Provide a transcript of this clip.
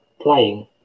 playing